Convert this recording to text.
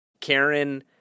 Karen